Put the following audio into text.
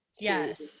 Yes